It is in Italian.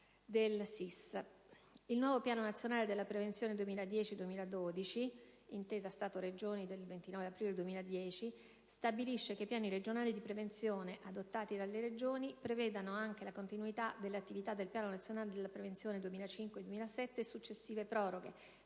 il nuovo Piano nazionale della prevenzione 2010-2012 (adottato con l'intesa Stato-Regioni del 29 aprile 2010) stabilisce che i Piani regionali di prevenzione adottati dalle Regioni prevedano anche la continuità delle attività del Piano nazionale della prevenzione 2005-2007 e successive proroghe,